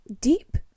deep